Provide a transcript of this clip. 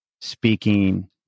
speaking